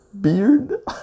beard